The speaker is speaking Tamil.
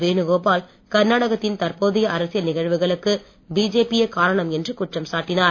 வேணுகோபால் கர்நாடகத்தின் தற்போதைய அரசியல் நிகழ்வுகளுக்கு பிஜெபியே காரணம் என்று குற்றம் சாட்டினார்